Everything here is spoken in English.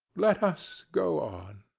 let us go on.